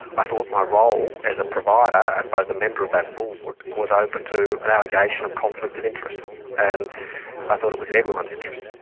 i thought my role as a provider and both a member of that board was open to an allegation of conflict of interest and i thought it was in everyone's interest.